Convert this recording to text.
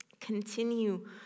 Continue